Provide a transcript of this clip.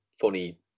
funny